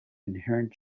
inherent